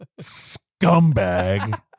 scumbag